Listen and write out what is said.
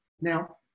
Now